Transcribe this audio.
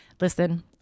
Listen